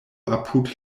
apud